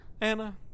Anna